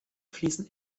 fließen